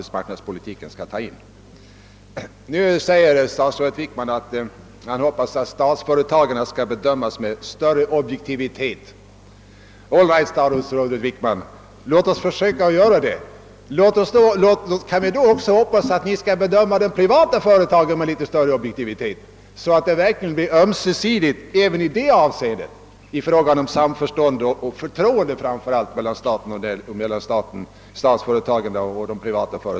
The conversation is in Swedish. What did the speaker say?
Tiden för en replik ger emellertid inte utrymme för det. Statsrådet Wickman sade att han hoppas att statsföretagen skall bedömas med större objektivitet. Al right, låt oss försöka göra det! Kan vi då också hoppas att ni bedömer de privata företagen med litet större objektivitet, så att objektiviteten, samförståndet och förtroendet blir ömsesidigt?